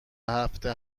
هفته